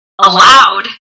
allowed